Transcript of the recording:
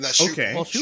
Okay